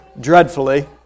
dreadfully